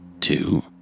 Two